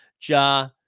Ja